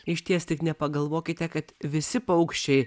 išties tik nepagalvokite kad visi paukščiai